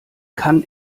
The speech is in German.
kann